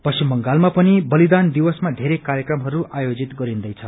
पश्चिम बंगालमा पनि बलिदान दिवसमा बेरै कार्यक्रमहरू आयोजित गरिन्दैछ